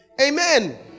Amen